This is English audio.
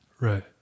right